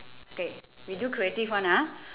okay we do creative one ah